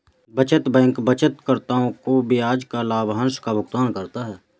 बचत बैंक बचतकर्ताओं को ब्याज या लाभांश का भुगतान करता है